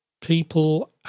people